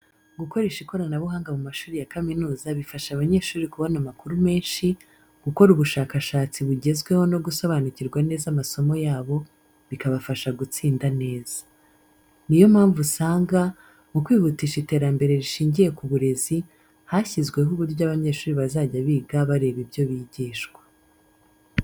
Gukoresha ikoranabuhanga mu mashuri ya kaminuza bifasha abanyeshuri kubona amakuru menshi, gukora ubushakashatsi bugezweho no gusobanukirwa neza amasomo yabo, bikabafasha gutsinda neza. Ni yo mpamvu usaga mu kwihutisha iterambere rishingiye ku burezi, hashyizweho uburyo abanyeshuri bazajya biga bareba ibyo bigishwa.